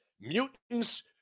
mutants